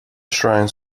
shrines